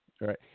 Right